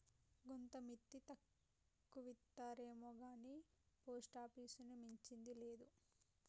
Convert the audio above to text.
గోంత మిత్తి తక్కువిత్తరేమొగాని పోస్టాపీసుని మించింది లేదు